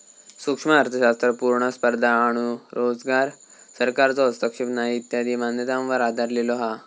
सूक्ष्म अर्थशास्त्र पुर्ण स्पर्धा आणो रोजगार, सरकारचो हस्तक्षेप नाही इत्यादी मान्यतांवर आधरलेलो हा